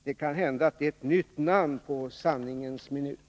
Det kan hända att detta är ett nytt namn på sanningens minut.